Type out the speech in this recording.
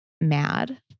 mad